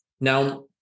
Now